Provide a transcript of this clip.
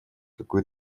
какую